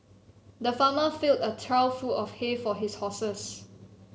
the farmer filled a trough full of hay for his horses